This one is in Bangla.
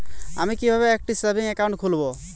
আমি কিভাবে একটি সেভিংস অ্যাকাউন্ট খুলব?